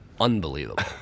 unbelievable